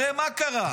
הרי מה קרה?